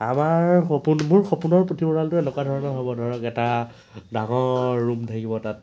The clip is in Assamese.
আমাৰ সপোন মোৰ সপোনৰ পুথিভঁৰালটো এনেকুৱা ধৰণৰ হ'ব ধৰক এটা ডাঙৰ ৰুম থাকিব তাত